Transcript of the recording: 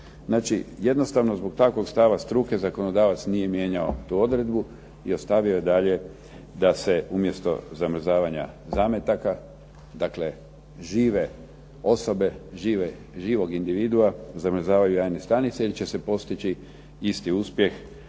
Znači jednostavno zbog takvog stava struke zakonodavac nije mijenjao tu odredbu i ostavio je dalje da se umjesto zamrzavanja zametaka dakle, žive osobe, živog individua, zamrzavaju jajne stanice jer će se postići isti uspjeh